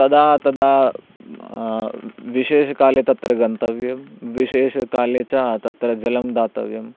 तदा तदा विशेषकाले तत्र गन्तव्यं विशेषकाले च तत्र जलं दातव्यं